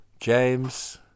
James